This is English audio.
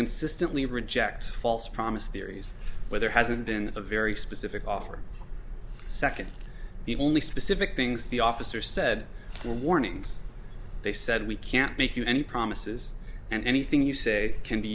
consistently reject false promise theories where there hasn't been a very specific offer second the only specific things the officer said the warnings they said we can't make you any promises and anything you say can be